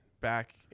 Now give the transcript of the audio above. back